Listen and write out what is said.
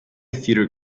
theatre